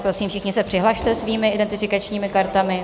Prosím, všichni se přihlaste svými identifikačními kartami.